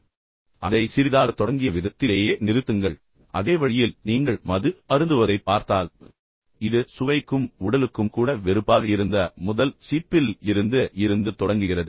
எனவே நீங்கள் அதை சிறிது சிறிதாக தொடங்கிய விதத்தை விதத்திலேயே நிறுத்துங்கள் அதே வழியில் நீங்கள் மது அருந்துவதைப் பார்த்தால் இது சுவைக்கும் உடலுக்கும் கூட வெறுப்பாக இருந்த முதல் சிப்பில் இருந்து இருந்து தொடங்குகிறது